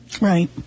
Right